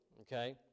Okay